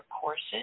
courses